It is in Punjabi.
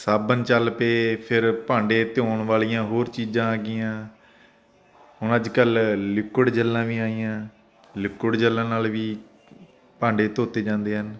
ਸਾਬਣ ਚੱਲ ਪਏ ਫਿਰ ਭਾਂਡੇ ਧੋਣ ਵਾਲੀਆਂ ਹੋਰ ਚੀਜ਼ਾਂ ਆ ਗਈਆਂ ਹੁਣ ਅੱਜ ਕੱਲ੍ਹ ਲਿਕੁਡ ਜੈਲਾਂ ਵੀ ਆਈਆਂ ਲਿਕੁਡ ਜੈਲਾਂ ਨਾਲ ਵੀ ਭਾਂਡੇ ਧੋਤੇ ਜਾਂਦੇ ਹਨ